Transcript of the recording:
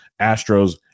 Astros